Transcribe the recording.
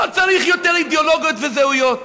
לא צריך יותר אידיאולוגיות וזהויות.